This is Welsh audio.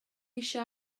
eisiau